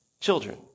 children